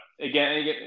Again